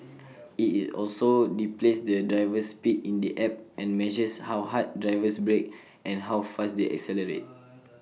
IT also displays the driver's speed in the app and measures how hard drivers brake and how fast they accelerate